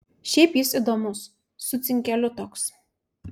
šiaip jis įdomus su cinkeliu toks